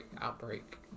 outbreak